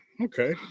okay